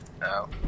no